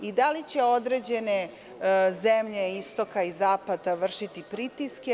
Da li će određene zemlje istoka i zapada vršiti pritiske?